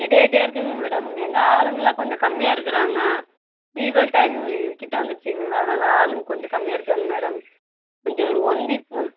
ready ஆகிட்டே இருக்குதுங்க madam எங்கள் ஆளுங்கள்லாம் கொஞ்சம் கம்மியாக இருக்கிறாங்க தீபாவளி டைம் கிட்ட வந்துருச்சிங்கள்ல அதனால் ஆளுங்கள் கொஞ்சம் கம்மியாக இருக்காங்க மேடம் கொஞ்சம் ஒரு ஒன் வீக் ம்